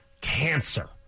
cancer